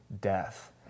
death